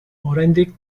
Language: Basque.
oraindik